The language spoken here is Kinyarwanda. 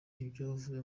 ivyavuye